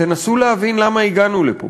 תנסו להבין למה הגענו לפה.